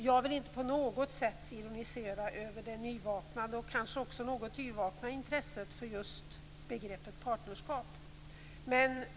Jag vill inte på något sätt ironisera över det nyvaknade och kanske också något yrvakna intresset för just begreppet partnerskap.